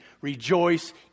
Rejoice